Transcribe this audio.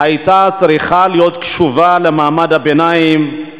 היתה צריכה להיות קשובה למעמד הביניים,